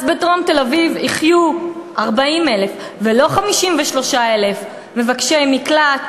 אז בדרום תל-אביב יחיו 40,000 ולא 53,000 מבקשי מקלט,